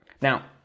Now